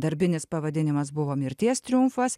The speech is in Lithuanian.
darbinis pavadinimas buvo mirties triumfas